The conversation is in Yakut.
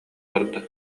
барда